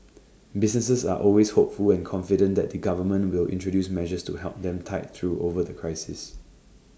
businesses are always hopeful and confident that the government will introduce measures to help them tide through over the crisis